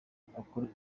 amakuru